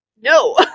no